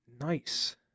nice